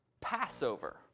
Passover